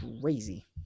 crazy